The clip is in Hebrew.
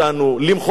לזרוק אותנו לים.